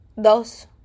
dos